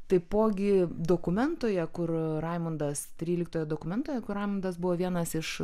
taipogi dokumentoje kur raimundas tryliktoje dokumentojekur raimundas buvo vienas iš